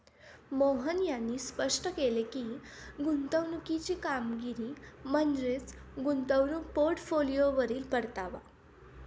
मोहन यांनी स्पष्ट केले की, गुंतवणुकीची कामगिरी म्हणजे गुंतवणूक पोर्टफोलिओवरील परतावा